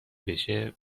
بشه